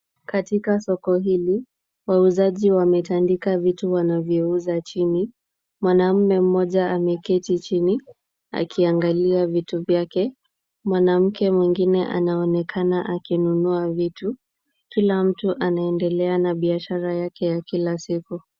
Katika soko hili, wauzaji wametandika vitu wanavyouza chini. Mwanaume mmoja ameketi chini akiangalia vitu vyake. Mwanamke mwingine anaonekana akinunua vitu. Kila mtu anaendelea na biashara yake ya kila siku.